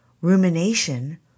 rumination